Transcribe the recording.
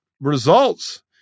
Results